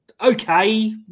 okay